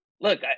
look